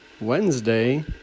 Wednesday